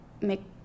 make